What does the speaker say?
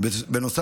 בנוסף,